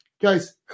guys